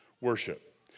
worship